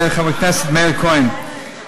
חבר הכנסת מאיר כהן,